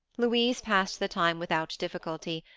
louise passed the time without difficulty,